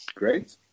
Great